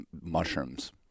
mushrooms